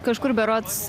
kažkur berods